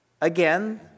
again